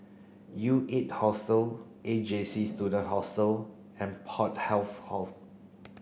U eight Hostel A J C Student Hostel and Port Health Office